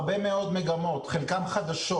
הרבה מאוד מגמות, חלקן חדשות.